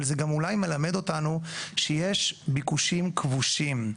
אבל, זה גם אולי מלמד אותנו שיש ביקושים כבושים.